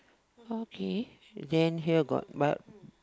okay then here got b~